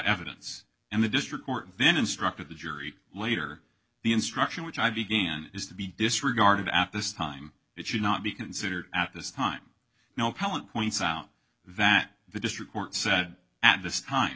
evidence and the district court then instructed the jury later the instruction which i began is to be disregarded at this time it should not be considered at this time helen points out that the district court said at this time